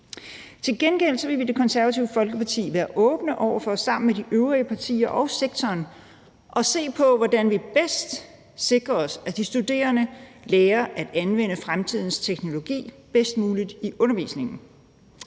Til gengæld vil vi i Det Konservative Folkeparti være åbne over for sammen med de øvrige partier og sektoren at se på, hvordan vi bedst sikrer os, at de studerende lærer at anvende fremtidens teknologi bedst muligt i undervisningen.